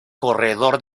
corredor